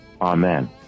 Amen